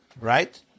right